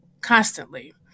constantly